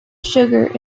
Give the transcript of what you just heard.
sugar